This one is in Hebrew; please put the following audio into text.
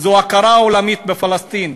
זו הכרה עולמית בפלסטין.